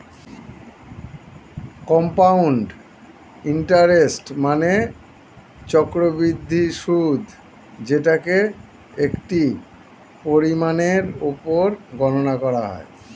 compound interest মানে চক্রবৃদ্ধি সুদ যেটাকে একটি পরিমাণের উপর গণনা করা হয়